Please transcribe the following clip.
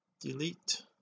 delete